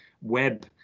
web